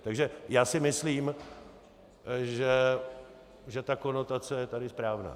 Takže já si myslím, že ta konotace je tady správná.